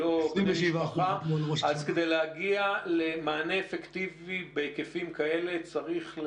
אז כדי להגיע למענה אפקטיבית בהיקפים כאלה צריך,